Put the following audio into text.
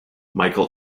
michael